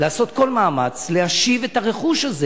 לעשות כל מאמץ להשיב את הרכוש הזה,